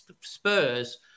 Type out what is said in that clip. Spurs